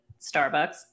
Starbucks